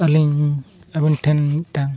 ᱟᱹᱞᱤᱧ ᱟᱹᱵᱤᱱ ᱴᱷᱮᱱ ᱢᱤᱫᱴᱟᱝ